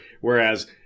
whereas